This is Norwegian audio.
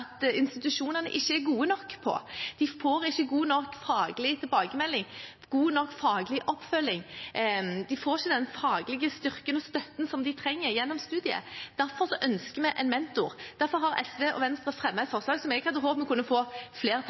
at institusjonene ikke er gode nok på. De får ikke god nok faglig tilbakemelding, god nok faglig oppfølging, de får ikke den faglige styrken og støtten de trenger gjennom studiet. Derfor ønsker vi en mentor. Derfor har SV og Venstre fremmet et forslag som jeg hadde håpet vi kunne få